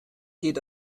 geht